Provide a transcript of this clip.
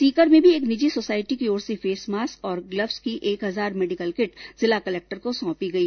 सीकर में भी एक निजी सोसाइटी की ओर से फेस मास्क और ग्ल्वस की एक हजार मेडिकल किट जिला कलेक्टर को सौंपी गई